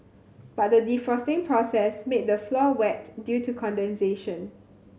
but the defrosting process made the floor wet due to condensation